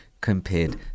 compared